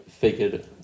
Figured